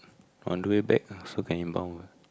on the way back so can inbound